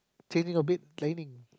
changing or bed linen